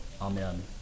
Amen